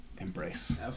Embrace